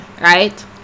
right